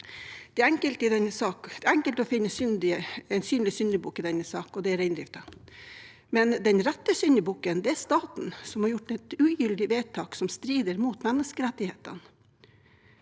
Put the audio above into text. er enkelt å finne en synlig syndebukk i denne saken, og det er reindriften, men den rette syndebukken er staten, som har gjort et ugyldig vedtak som strider mot menneskerettighetene.